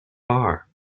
bar